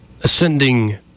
Ascending